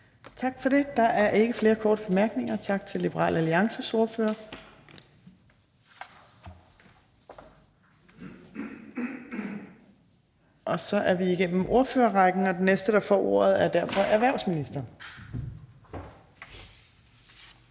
Tak for det. Der er ikke flere korte bemærkninger. Tak til Liberal Alliances ordfører. Så er vi nået igennem ordførerrækken, og den næste, der får ordet, er derfor erhvervsministeren.